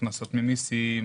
הכנסות ממיסים,